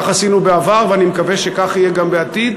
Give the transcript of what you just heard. ככה עשינו בעבר, ואני מקווה שכך יהיה גם בעתיד,